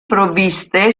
provviste